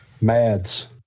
Mads